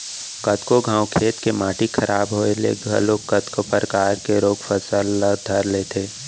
कतको घांव खेत के माटी खराब होय ले घलोक कतको परकार के रोग फसल ल धर लेथे